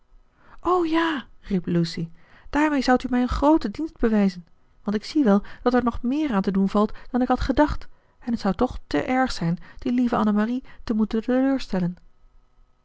o ja riep lucy daarmee zoudt u mij een grooten dienst bewijzen want ik zie wel dat er nog méér aan te doen valt dan ik had gedacht en t zou toch te erg zijn die lieve annemarie te moeten teleurstellen